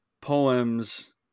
poems